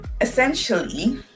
essentially